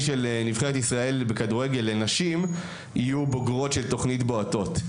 של נבחרת ישראל בכדורגל לנשים יהיו בוגרות של תכנית 'בועטות'.